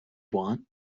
want